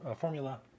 Formula